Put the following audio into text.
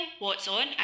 whatson